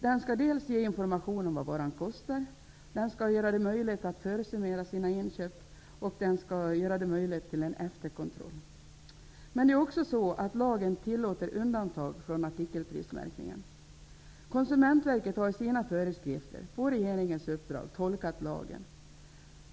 Den skall ge konsumenten information om vad varan kostar. Den skall göra det möjligt för konsumenten att försummera inköpen. Och den skall göra det möjligt för konsumenten att efterkontrollera inköpen. Lagen tillåter också undantag från artikelprismärkningen. Konsumentverket har i sina föreskrifter på regeringens uppdrag tolkat lagen.